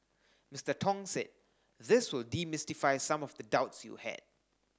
Mister Tong said this will demystify some of the doubts you had